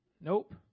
Nope